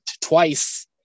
twice